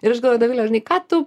ir aš galvoju dovile žinai ką tu